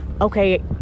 okay